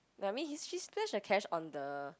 like I mean he she splash the cash on the